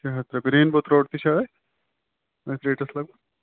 شےٚ ہَتھ رۄپیہِ رینبو ترٛوٹ تہِ چھِ أتھۍ أتھۍ ریٹَس لگ بگ